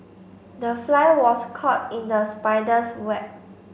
the fly was caught in the spider's web